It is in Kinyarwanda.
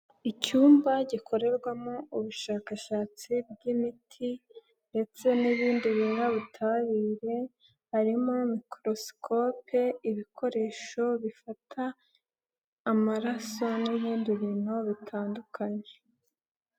Icyumba gikorerwamo ubushakashatsi bw'imiti ndetse n'ibindi binyabutabire harimo mikorosikope, ibikoresho bifata amaraso n'ibindi bintu bitandukanye.